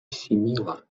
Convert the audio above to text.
simila